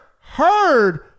heard